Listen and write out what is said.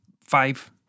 five